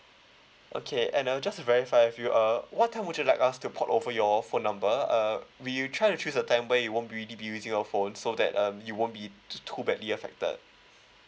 okay and uh just to verify with you uh what time would you like us to port over your phone number err we try to choose a time when you won't really be using your phone so that um you won't be too badly affected